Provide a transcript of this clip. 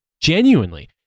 genuinely